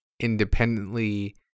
independently